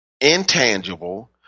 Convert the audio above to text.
intangible